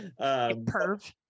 perv